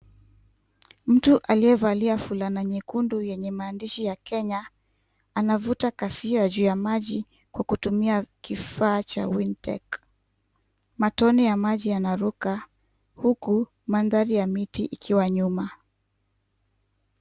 Mtu aliyevalia fulana nyekundu yenye maandishi ya KENYA, anavuta kasia juu ya maji kwa kutumia kifaa cha WinTech. Matone ya maji yanaruka huku mandhari ya miti ikiwa nyuma.